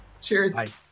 cheers